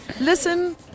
Listen